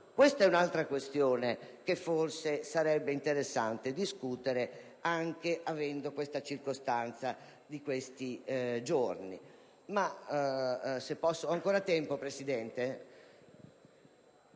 Questa è un'altra questione che forse sarebbe interessante discutere, anche alla luce della circostanza di questi ultimi